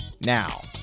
Now